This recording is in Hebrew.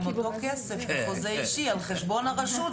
עם אותו כסף בחוזה אישי על חשבון הרשות,